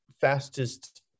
fastest